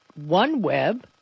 OneWeb